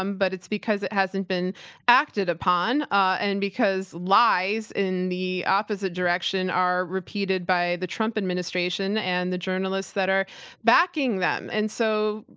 but it's because it hasn't been acted upon. and because lies in the opposite direction are repeated by the trump administration and the journalists that are backing them. and so,